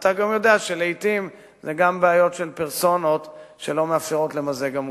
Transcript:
ואתה יודע שלעתים זה גם בעיות של פרסונות שלא מאפשרות למזג עמותות.